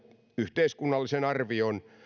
yhteiskunnallisen arvion